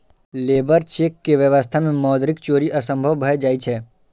labour cheque के व्यवस्था मे मौद्रिक चोरी असंभव भए जाइ छै